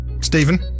Stephen